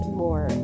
more